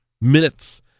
Minutes